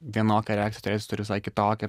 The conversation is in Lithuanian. vienokią reakciją turėt jis turi visai kitokią